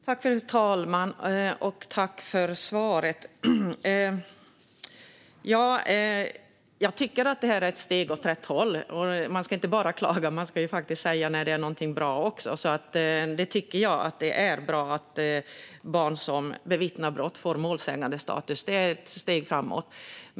Fru talman! Jag tackar Rasmus Ling för svaret. Jag tycker att det här är ett steg åt rätt håll. Man ska inte bara klaga, utan man ska också säga när det är någonting som är bra. Jag tycker att det är bra att barn som bevittnar brott får målsägandestatus. Det är ett steg framåt.